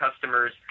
customers